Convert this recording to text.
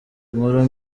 inkuru